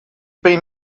been